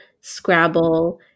Scrabble